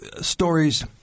stories